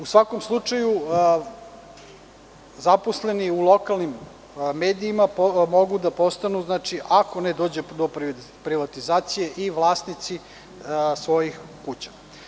U svakom slučaju, zaposleni u lokalnim medijima mogu da postanu, ako ne dođe do privatizacije, i vlasnici svojih kuća.